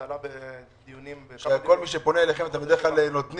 זה עלה בדיונים --- שכל מי שפונה אליכם אתם בדרך כלל נותנים.